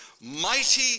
Mighty